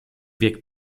wiek